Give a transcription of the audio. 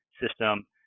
system